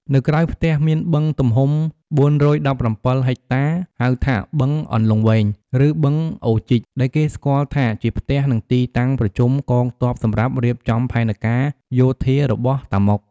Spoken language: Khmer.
នៅក្រោយផ្ទះមានបឹងទំហំ ៤១៧ ហិកតា ហៅថាបឹងអន្លង់វែង ឬ បឹងអូរជីក ដែលគេស្គាល់ថាជាផ្ទះ និងទីតាំងប្រជុំកងទ័ពសម្រាប់រៀបចំផែនការយោធារបស់តាម៉ុក។